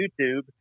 YouTube